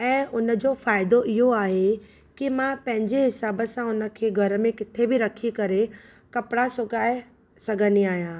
ऐं उन जो फ़ाइदो इहो आहे कि मां पंहिंजे हिसाब सां उन खे घर में किथे बि रखी करे कपड़ा सुकाए सघंदी आहियां